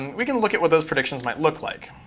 we can look at what those predictions might look like.